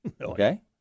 Okay